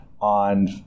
on